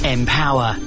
Empower